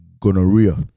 Gonorrhea